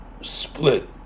split